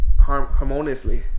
harmoniously